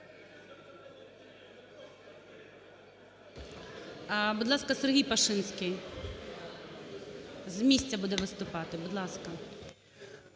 Будь ласка, Сергій Пашинський. З місця буде виступати.